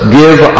give